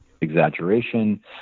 exaggeration